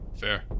Fair